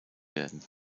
werden